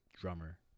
drummer